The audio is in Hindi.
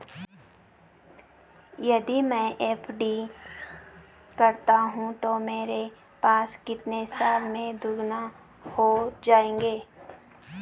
यदि मैं एफ.डी करता हूँ तो मेरे पैसे कितने साल में दोगुना हो जाएँगे?